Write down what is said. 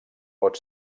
pot